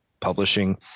publishing